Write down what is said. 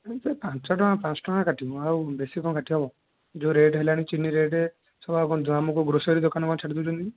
ପାଞ୍ଚ ଟଙ୍କା ପାଞ୍ଚ ଟଙ୍କା କାଟିବି ବେଶୀ କ'ଣ କାଟି ହେବ ଯେଉଁ ରେଟ ହେଲାଣି ଚିନି ରେଟ ଆମକୁ ଗ୍ରୋସରୀ ଦୋକାନ କ'ଣ ଛାଡ଼ି ଦେଉଛନ୍ତି କି